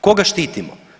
Koga štitimo?